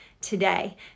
today